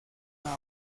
una